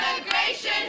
immigration